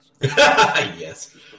Yes